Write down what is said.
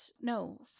no